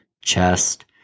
chest